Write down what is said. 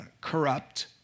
corrupt